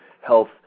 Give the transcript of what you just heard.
health